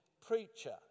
preacher